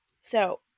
So-